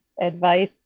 advice